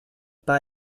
pas